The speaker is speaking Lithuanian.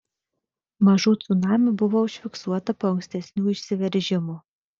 mažų cunamių buvo užfiksuota po ankstesnių išsiveržimų